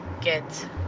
get